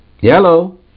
Yellow